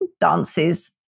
dances